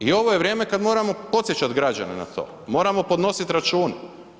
I ovo je vrijeme kad moramo podsjećati građane na to, moramo podnositi račune.